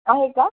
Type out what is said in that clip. आहे का